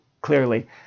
clearly